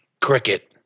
Cricket